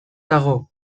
dago